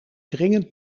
dringend